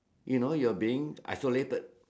you know you're being isolated